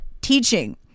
teaching